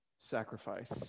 sacrifice